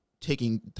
taking